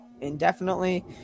indefinitely